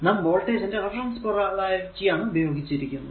നാം വോൾടേജ്ഇന്റെ reference polarity ആണ് ഉപയോഗിച്ചിരിക്കുന്നത്